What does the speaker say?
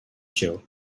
show